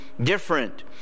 different